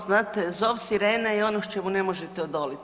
Znate zov sirene je ono čemu ne možete odolit.